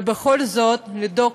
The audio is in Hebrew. ובכל זאת לדאוג